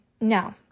no